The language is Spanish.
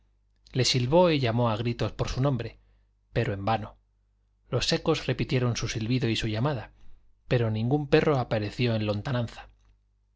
le silbó y llamó a gritos por su nombre pero en vano los ecos repitieron su silbido y su llamada pero ningún perro apareció en